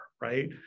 right